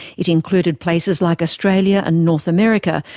it included places like australia and north america,